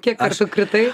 kiek kartų kritai